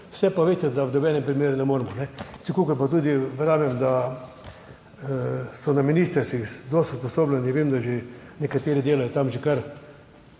Vseh pa veste, da v nobenem primeru ne moremo. Vsekakor pa tudi verjamem, da so na ministrstvih dovolj usposobljeni, vem, da nekateri delajo tam že kar